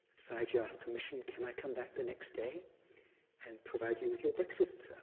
sayagyi asked permission, can i come back the next day and provide you with your breakfast, sir?